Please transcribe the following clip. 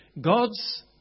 God's